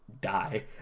Die